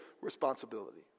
responsibility